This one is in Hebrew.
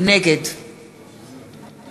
נגד